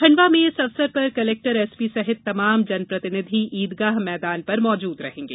खंडवा में इस अवसर पर कलेक्टर एसपी सहित तमाम जनप्रतिनिधि ईदगाह मैदान पर मौजूद रहेंगे